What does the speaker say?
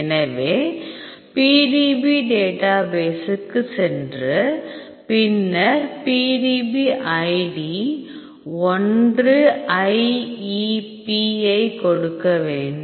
எனவே PDB டேட்டாபேசுக்கு சென்று பின்னர் PDB id 1IEP ஐக் கொடுக்க வேண்டும்